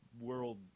world